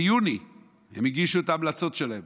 ביוני הם הגישו את ההמלצות שלהם,